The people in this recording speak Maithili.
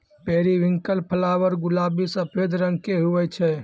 पेरीविंकल फ्लावर गुलाबी सफेद रंग के हुवै छै